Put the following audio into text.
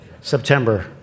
september